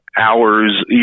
hours